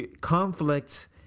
conflict